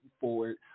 forward